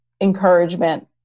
encouragement